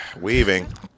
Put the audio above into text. Weaving